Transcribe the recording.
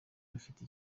bafite